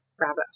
rabbit